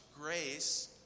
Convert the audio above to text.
grace